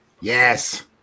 Yes